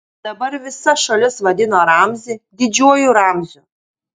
dabar visa šalis vadino ramzį didžiuoju ramziu